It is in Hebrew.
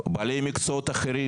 בעלי מקצועות אחרים.